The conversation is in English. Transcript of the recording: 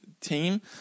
team